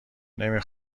نمی